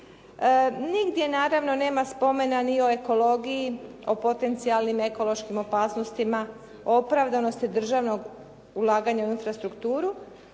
Nigdje naravno nema spomena ni o ekologiji, o potencijalnim ekološkim opasnostima, o opravdanosti državnog ulaganja u infrastrukturu,